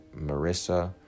Marissa